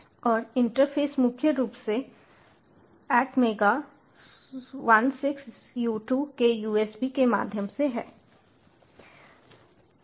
और इंटरफ़ेस मुख्य रूप से ATMEGA16u2 के USB के माध्यम से है